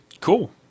Cool